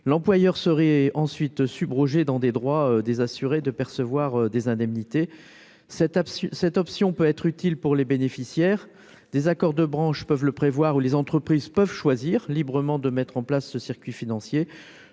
l'employeur serait ensuite sub-Roger dans des droits des assurés de percevoir des indemnités cette à cette option peut être utile pour les bénéficiaires des accords de branches peuvent le prévoir où les entreprises peuvent choisir librement de mettre en place ce circuit financier